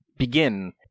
begin